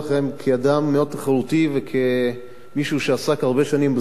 כאדם מאוד תחרותי וכמישהו שעסק הרבה שנים בספורט,